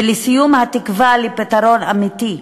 ולסיום, התקווה לפתרון אמיתי,